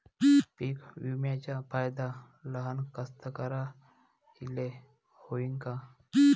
पीक विम्याचा फायदा लहान कास्तकाराइले होईन का?